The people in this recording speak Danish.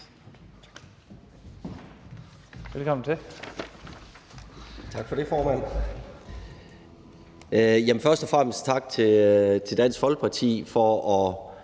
Hvelplund (EL): Tak for det, formand. Først og fremmest tak til Dansk Folkeparti for både